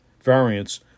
variants